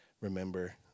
remember